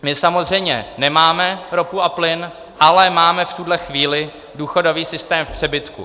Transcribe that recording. My samozřejmě nemáme ropu a plyn, ale máme v tuhle chvíli důchodový systém v přebytku.